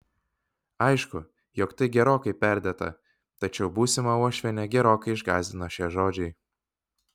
aišku jog tai gerokai perdėta tačiau būsimą uošvienę gerokai išgąsdino šie žodžiai